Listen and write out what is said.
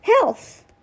Health